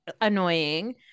annoying